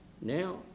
now